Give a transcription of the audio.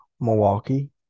Milwaukee